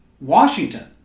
Washington